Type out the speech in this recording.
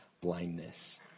blindness